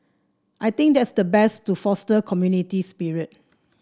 I think that's the best to foster community spirit